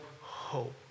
hope